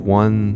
one